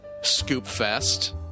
ScoopFest